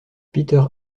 peter